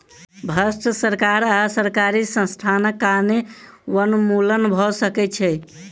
भ्रष्ट सरकार आ सरकारी संस्थानक कारणें वनोन्मूलन भ सकै छै